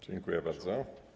Dziękuję bardzo.